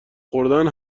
خوردن